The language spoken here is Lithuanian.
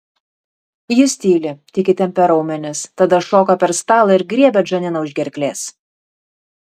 jis tyli tik įtempia raumenis tada šoka per stalą ir griebia džaniną už gerklės